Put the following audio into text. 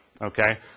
Okay